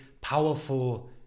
powerful